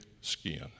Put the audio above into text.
skin